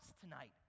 tonight